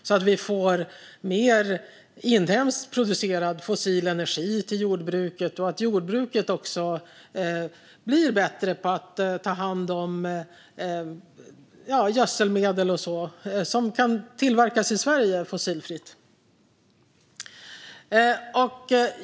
Så får vi mer inhemskt producerad fossil energi till jordbruket, och så blir jordbruket också bättre på att ta hand om gödselmedel och sådant som kan tillverkas i Sverige fossilfritt.